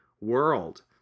world